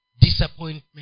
disappointment